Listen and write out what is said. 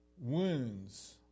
wounds